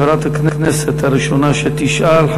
חברת הכנסת הראשונה שתשאל,